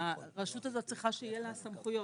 הרשות הזאת צריכה שיהיה לה סמכויות.